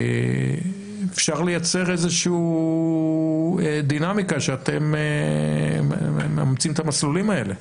אפשר לייצר איזה שהיא דינמיקה שאתם מאמצים את המסלולים האלה.